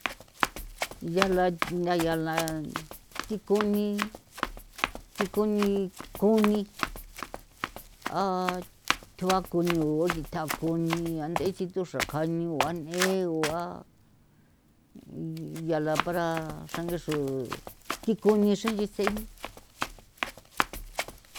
Yala ntha yala thi kuni thi kuni kuni a tjua ko niu gita kuni anth'e thi tsu xra ka'nio o guan'e o a yala para xrangi xru thi kuni xra nche si.